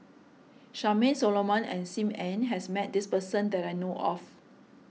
Charmaine Solomon and Sim Ann has met this person that I know of